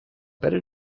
better